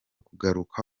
kugaruka